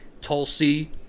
Tulsi